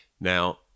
Now